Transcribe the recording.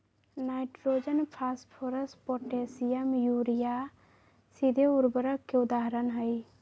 nitrogen, phosphorus, potassium, urea सीधे उर्वरक के उदाहरण हई